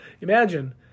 Imagine